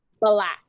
black